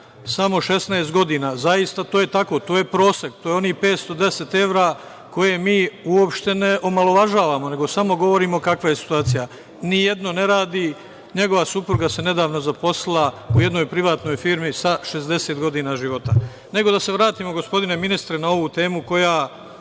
samo 16 godina. Zaista, to je tako, to je prosek, to je onih 510 evra koje mi uopšte ne omalovažavamo, nego samo govorimo kakva je situacija. Ni jedno ne radi. Njegova supruga se nedavno zaposlila u jednoj privatnoj firmi sa 60 godina života, ali da se vratimo, gospodine ministre, na ovu temu koja